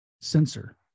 sensor